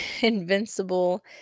invincible